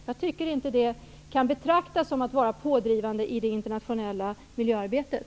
Jag tycker inte att det kan betraktas som att vara pådrivande i det internationella miljöarbetet.